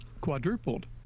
quadrupled